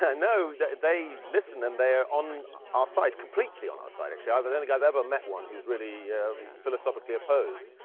yeah no, they listen and they are on our side. completely on our side, actually. i but don't think i've ever met one who is really philosophically opposed.